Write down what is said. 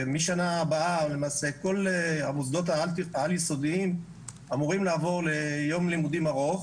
ומשנה הבאה כל המוסדות העל-יסודיים אמורים לעבור ליום לימודים ארוך